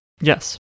Yes